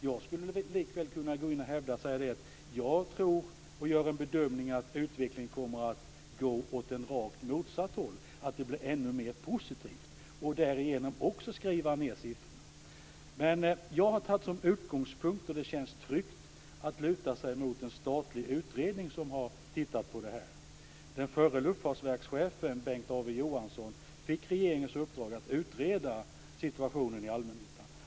Jag skulle lika väl kunna säga att jag bedömer att utvecklingen kommer att gå åt rakt motsatt håll, att den blir ännu mer positiv och därigenom skriva ned beloppet. Men jag har som utgångspunkt tagit en statlig utredning - den känns trygg att luta sig mot - som har sett över frågan. Den förre luftfartsverkschefen Bengt A W Johansson fick regeringens uppdrag att utreda situationen i allmännyttan.